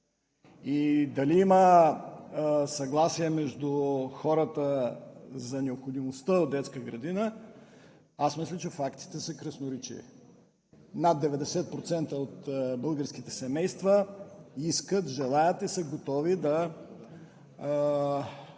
Дали има съгласие между хората за необходимостта от детска градина – аз мисля, че фактите са красноречиви – над 90% от българските семейства искат, желаят и са готови да